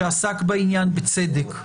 שעסק בעניין הזה בצדק,